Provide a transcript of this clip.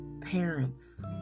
parents